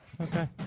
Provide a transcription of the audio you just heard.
okay